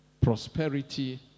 prosperity